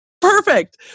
Perfect